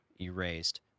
erased